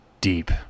Deep